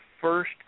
first